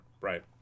Right